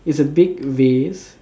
it's a big vase